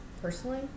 Personally